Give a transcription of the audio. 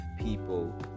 people